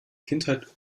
kindheit